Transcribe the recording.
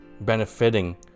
benefiting